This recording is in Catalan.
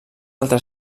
altre